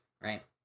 right